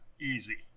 Easy